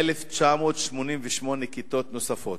ל-1,988 כיתות נוספות.